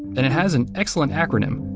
and it has an excellent acronym,